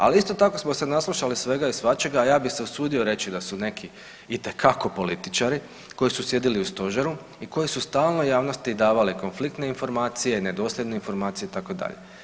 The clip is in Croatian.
Ali isto tako smo se naslušali svega i svačega, a ja bi se usudio reći da su neki itekako političari koji su sjedili u stožeru i koji stalno javnosti davali konfliktne informacije, nedosljedne informacije itd.